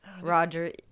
Roger